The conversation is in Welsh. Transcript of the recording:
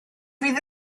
fydd